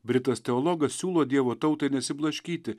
britas teologas siūlo dievo tautai nesiblaškyti